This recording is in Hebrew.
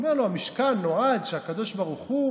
הוא אומר לו: המשכן נועד שהקדוש ברוך הוא